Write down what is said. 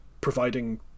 providing